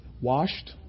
washed